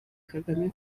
kagame